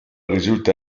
risulta